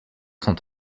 cent